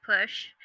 push